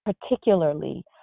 particularly